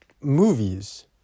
movies